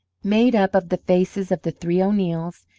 made up of the faces of the three o'neills,